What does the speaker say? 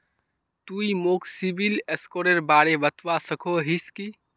तुई मोक सिबिल स्कोरेर बारे बतवा सकोहिस कि?